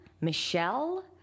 Michelle